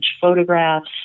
photographs